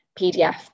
pdf